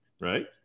right